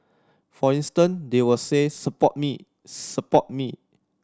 for instance they will say support me support me